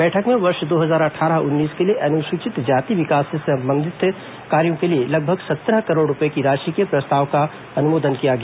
बैठक में वर्ष दो हजार अट्ठारह उन्नीस के लिए अनुसूचित जाति विकास से संबंधित कार्यो के लिए लगभग सत्रह करोड़ रूपए की राशि के प्रस्ताव का अनुमोदन किया गया